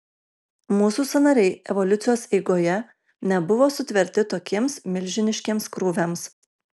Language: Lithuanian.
mūsų sąnariai evoliucijos eigoje nebuvo sutverti tokiems milžiniškiems krūviams